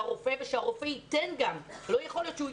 לרופא ושהרופא ייתן גם אישור.